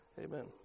Amen